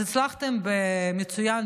אז הצלחתם מצוין,